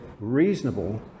reasonable